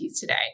today